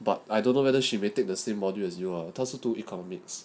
but I don't know whether she may take the same modules lah 他是读 economics